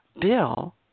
Bill